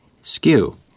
Skew